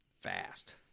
fast